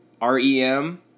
R-E-M